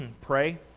pray